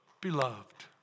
beloved